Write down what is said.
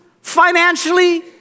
financially